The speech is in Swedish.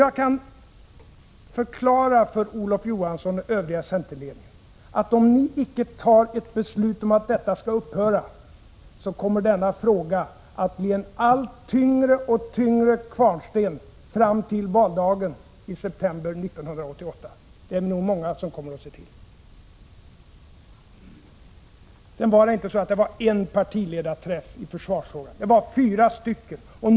Jag kan förklara för Olof Johansson och den övriga centerledningen att om ni icke tar ett beslut om att detta skall upphöra, så kommer denna fråga att bli en tyngre och tyngre kvarnsten för er fram till valdagen i september 1988; det är det nog många som kommer att se till. Sedan var det inte så att det var bara en partiledarträff i försvarsfrågan. Det var fyra stycken.